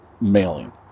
mailing